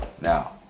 now